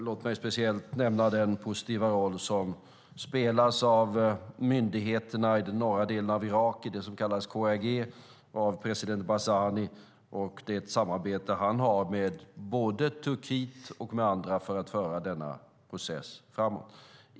Låt mig speciellt nämna den positiva roll som spelas av myndigheterna och av president Barzani i den norra delen av Irak, i det som kallas KRG, och det samarbete som Barzani har med både Turkiet och andra för att föra denna process framåt.